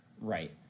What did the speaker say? right